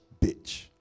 bitch